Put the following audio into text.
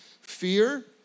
Fear